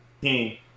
King